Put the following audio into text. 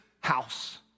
house